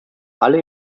alle